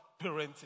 parenting